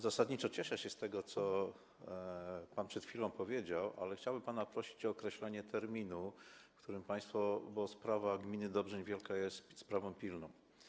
Zasadniczo cieszę się z tego, co pan przed chwilą powiedział, ale chciałbym pana prosić o określenie terminu, w którym państwo... bo sprawa gminy Dobrzeń Wielki jest sprawą pilną.